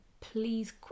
please